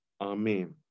amen